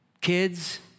kids